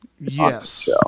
Yes